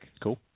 cool